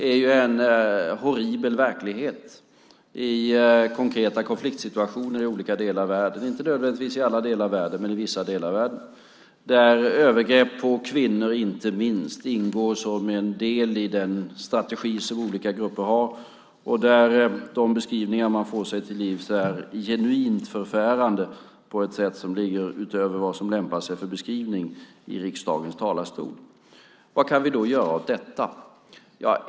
Men det är en horribel verklighet i konkreta konfliktsituationer i olika delar av världen, inte nödvändigtvis i alla delar av världen men i vissa delar av världen, där övergrepp på kvinnor inte minst ingår som en del i den strategi som olika grupper har, och där de beskrivningar som man får sig till livs är genuint förfärande på ett sätt som ligger utöver vad som lämpar sig för beskrivning i riksdagens talarstol. Vad kan vi då göra åt detta?